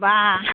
बा